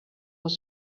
what